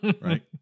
right